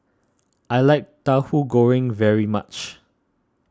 I like Tahu Goreng very much